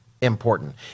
important